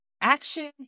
action